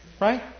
Right